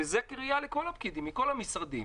וזו קריאה לכל הפקידים מכל המשרדים.